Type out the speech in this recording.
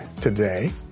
today